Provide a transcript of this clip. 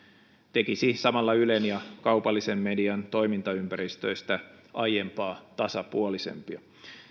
tekisi samalla ylen ja kaupallisen median toimintaympäristöistä aiempaa tasapuolisempia